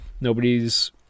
Nobody's